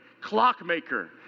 Clockmaker